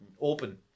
open